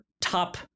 top